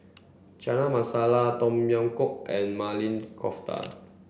Chana Masala Tom Yam Goong and Maili Kofta